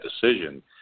decision